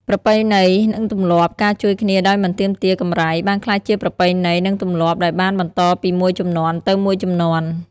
ប្រពៃណី និងទម្លាប់ ការជួយគ្នាដោយមិនទាមទារកម្រៃ បានក្លាយជាប្រពៃណី និងទម្លាប់ដែលបានបន្តពីមួយជំនាន់ទៅមួយជំនាន់។